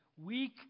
Weak